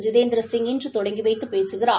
ஜிதேந்திரசிங் இன்றுதொடங்கிவைத்துப் பேசுகிறார்